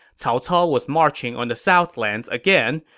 cao cao was marching on the southlands again,